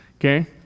Okay